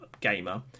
gamer